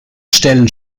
stellen